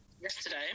yesterday